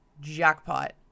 jackpot